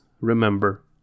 remember